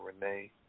Renee